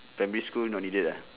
primary school not needed lah